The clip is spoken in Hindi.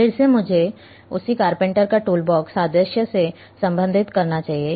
फिर से मुझे उसी कारपेंटर के टूलबॉक्स सादृश्य से संबंधित करना चाहिए